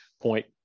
point